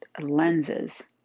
lenses